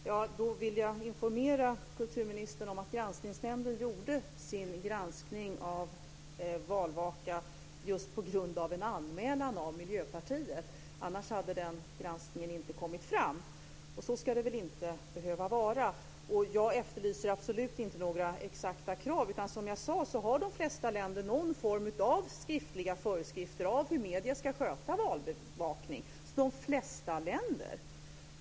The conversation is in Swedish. Fru talman! Jag vill informera kulturministern om att Granskningsnämnden gjorde sin granskning av valvakan just på grund av en anmälan från Miljöpartiet. Annars hade den granskningen inte kommit fram. Så ska det väl inte behöva vara. Jag efterlyser absolut inte några exakta krav, utan som jag sade har de flesta länder någon form av föreskrifter av hur medier ska sköta valbevakning.